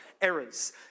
errors